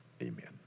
amen